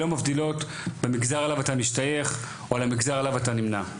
לא מבדילות במגזר אתה משתייך או במגזר אליו אתה נמנה.